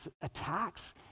attacks